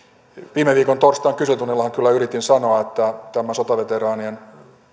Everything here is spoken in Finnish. viime viikon torstain kyselytunnillahan kyllä yritin sanoa että tämä sotaveteraanien